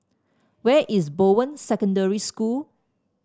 where is Bowen Secondary School